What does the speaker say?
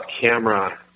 camera